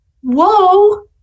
whoa